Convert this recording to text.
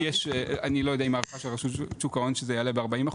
אני לא יודע אם ההערכה של שוק היא שזה יעלה ב-40%.